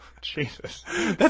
Jesus